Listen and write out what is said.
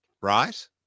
right